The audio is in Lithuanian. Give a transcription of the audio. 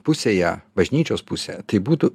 pusėje bažnyčios pusę kaip būtų